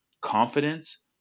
confidence